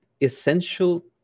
essential